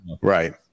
right